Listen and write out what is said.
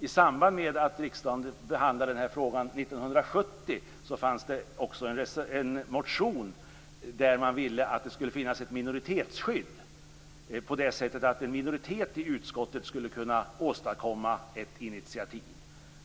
I samband med att riksdagen behandlade den här frågan 1970 fanns det också en motion där man ville att det skulle finnas ett minoritetsskydd på det sättet att en minoritet i utskottet skulle kunna åstadkomma ett initiativ.